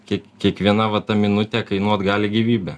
kiek kiekviena vata minutę kainuoti gali gyvybę